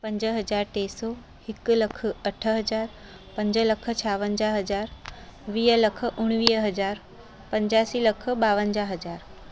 पंज हज़ार टे सौ हिकु लख अठ हज़ार पंज लख छावंजाहु हज़ार वीह लख उणिवीह हज़ार पंजासी लख ॿावंजाहु हज़ार